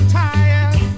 tired